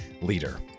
leader